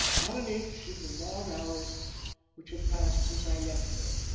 not an inch in the long hours which had passed since i left her.